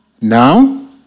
Now